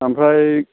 ओमफ्राय